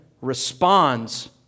responds